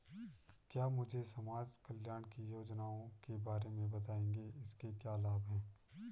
क्या मुझे समाज कल्याण की योजनाओं के बारे में बताएँगे इसके क्या लाभ हैं?